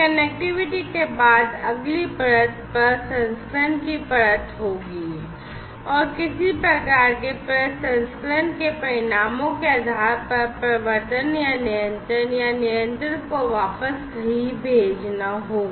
connectivity के बाद अगली परत प्रसंस्करण की परत होगी और किसी प्रकार के प्रसंस्करण के परिणामों के आधार पर प्रवर्तन या नियंत्रण को वापस कही भेजना होगा